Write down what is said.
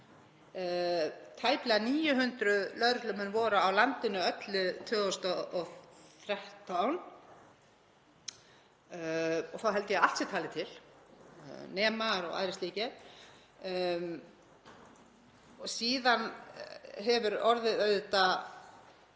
tæplega 900 lögreglumenn voru á landinu öllu 2013, og þá held ég að allt sé talið til, nemar og aðrir slíkir, en síðan hefur orðið gríðarleg